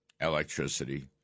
electricity